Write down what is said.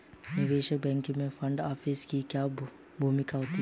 निवेश बैंकिंग में front office की क्या भूमिका होती है?